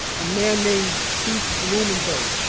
a man named keith blumenberg,